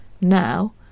now